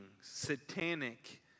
satanic